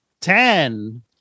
Ten